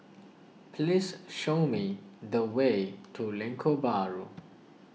please show me the way to Lengkok Bahru